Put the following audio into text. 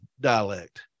dialect